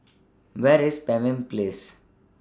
Where IS Pemimpin Place